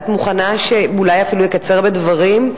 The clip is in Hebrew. את מוכנה שאולי הוא אפילו יקצר בדברים?